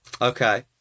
Okay